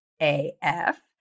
AF